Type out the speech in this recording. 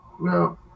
No